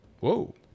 whoa